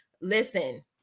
listen